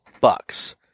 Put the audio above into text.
bucks